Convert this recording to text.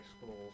schools